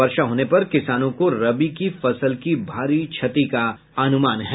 वर्षा होने पर किसानों को रबी की फसल की भारी क्षति का अनुमान है